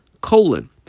Colon